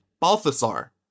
Balthasar